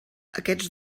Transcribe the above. aquests